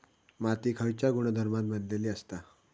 माती खयच्या गुणधर्मान बनलेली असता?